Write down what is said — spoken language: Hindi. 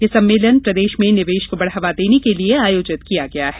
यह सम्मेलन प्रदेश में निवेश को बढ़ावा देने के लिए आयोजित किया गया है